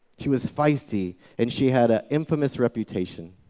she was feisty, and she had an infamous reputation.